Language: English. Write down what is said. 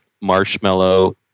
marshmallow